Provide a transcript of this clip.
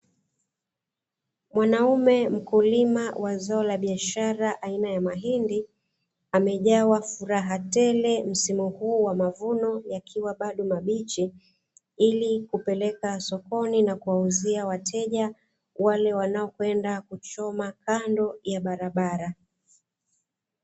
Mwanaume mkulima wa zao la biashara aina ya mahindi, amejawa furaha tele msimu huu wa mavuno yakiwa bado mabichi, ili kupeleka sokoni na kuwauzia wateja wale wanaokwenda kuchoma kando ya barabara.